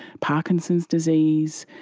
parkinson's disease,